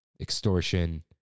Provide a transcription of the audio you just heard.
extortion